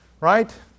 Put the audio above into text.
Right